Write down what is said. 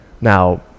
Now